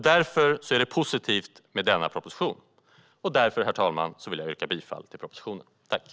Därför är det positivt med denna proposition, och därför, herr talman, vill jag yrka bifall till förslaget i propositionen.